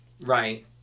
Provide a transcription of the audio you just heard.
right